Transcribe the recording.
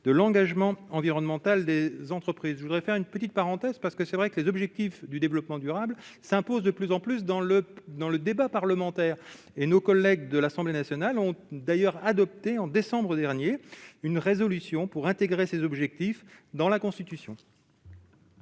de l'engagement environnemental des entreprises, je voudrais faire une petite parenthèse, parce que c'est vrai que les objectifs du développement durable s'impose de plus en plus dans le dans le débat parlementaire et nos collègues de l'Assemblée nationale ont d'ailleurs adopté en décembre dernier une résolution pour intégrer ces objectifs dans la Constitution.